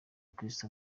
kristo